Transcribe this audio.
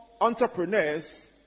entrepreneurs